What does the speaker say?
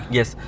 Yes